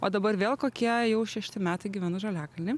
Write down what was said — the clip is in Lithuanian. o dabar vėl kokie jau šešti metai gyvenu žaliakalny